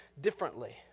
differently